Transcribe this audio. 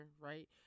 right